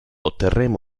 otterremo